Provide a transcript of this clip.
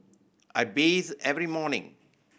I bathe every morning